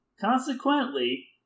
Consequently